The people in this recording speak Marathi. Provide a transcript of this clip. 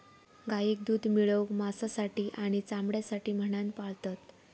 गाईक दूध मिळवूक, मांसासाठी आणि चामड्यासाठी म्हणान पाळतत